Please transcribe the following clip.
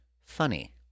funny